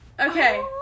Okay